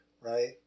Right